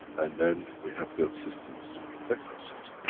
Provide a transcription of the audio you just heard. and then, we have built systems to protect ourselves.